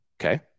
Okay